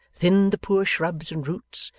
thinned the poor shrubs and roots,